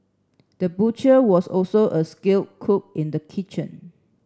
the butcher was also a skilled cook in the kitchen